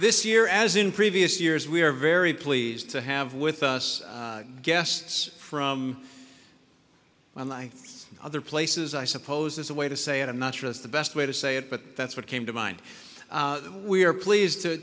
this year as in previous years we are very pleased to have with us guests from when i other places i suppose as a way to say it i'm not sure it's the best way to say it but that's what came to mind we are pleased to